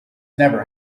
never